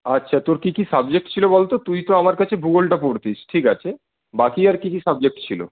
আচ্ছা তোর কী কী সাবজেক্ট ছিল বল তো তুই তো আমার কাছে ভূগোলটা পড়তিস ঠিক আছে বাকি আর কী কী সাবজেক্ট ছিল